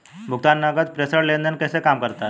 भुगतान नकद प्रेषण लेनदेन कैसे काम करता है?